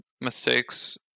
mistakes